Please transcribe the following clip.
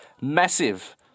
massive